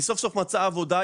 היא סוף סוף מצאה עבודה,